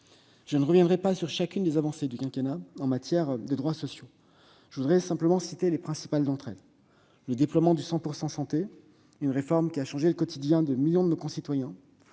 Je ne reviendrai pas en détail sur chacune des avancées de ce quinquennat en matière de droits sociaux. Je citerai seulement les principales d'entre elles : le déploiement du dispositif « 100 % santé », une réforme qui a changé le quotidien de millions de nos concitoyens